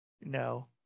no